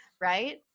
right